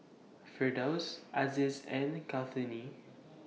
Firdaus Aziz and Kartini